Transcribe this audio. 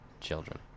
children